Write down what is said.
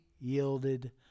yielded